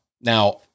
now